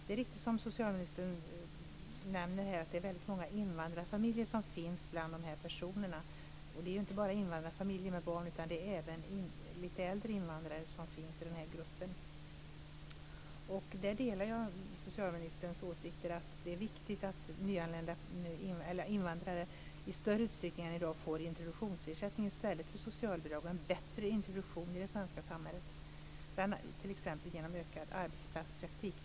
Det är riktigt som socialministern nämner att det är väldigt många invandrarfamiljer som finns bland dessa personer. Det är inte bara invandrarfamiljer med barn, utan det är även lite äldre invandrare som finns i den gruppen. Där delar jag socialministerns åsikt att det är viktigt att invandrare i större utsträckning än i dag får introduktionsersättning i stället för socialbidrag och en bättre introduktion i det svenska samhället t.ex. genom ökad arbetsplatspraktik.